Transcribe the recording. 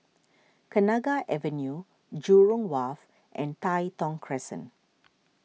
Kenanga Avenue Jurong Wharf and Tai Thong Crescent